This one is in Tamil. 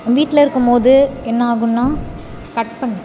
வீட்டில் இருக்கும் போது என்ன ஆகுதுன்னா கட் பண்ணு